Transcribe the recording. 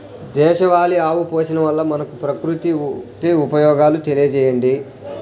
దేశవాళీ ఆవు పోషణ వల్ల మనకు, ప్రకృతికి ఉపయోగాలు తెలియచేయండి?